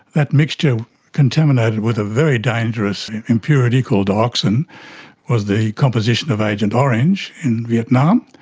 that mixture contaminated with a very dangerous impurity called dioxin was the composition of agent orange in vietnam.